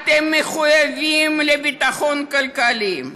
אתם מחויבים לביטחון כלכלי.